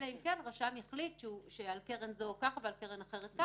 אלא אם כן הרשם יחליט שעל קרן זו ככה ועל קרן אחרת ככה.